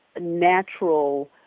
Natural